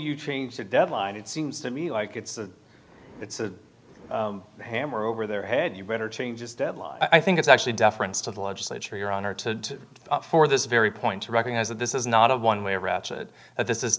you change the deadline it seems to me like it's a it's a hammer over their head you better change its deadline i think it's actually deference to the legislature your honor to for this very point to recognize that this is not a one way or ratchet that this is